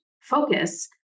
focus